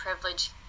privilege